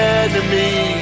enemy